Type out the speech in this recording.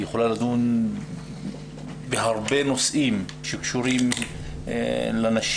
היא יכולה לדון בהרבה נושאים שקשורים לנשים,